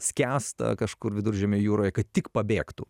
skęsta kažkur viduržemio jūroje kad tik pabėgtų